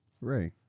right